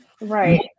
Right